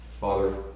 Father